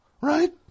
Right